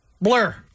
Blur